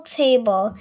table